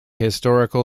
historical